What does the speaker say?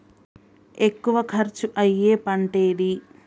ఎక్కువ ఖర్చు అయ్యే పంటేది?